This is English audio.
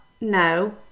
no